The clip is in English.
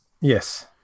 Yes